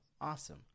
Awesome